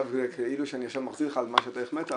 עכשיו זה כאילו שאני מחזיר לך על מה שאתה החמאת,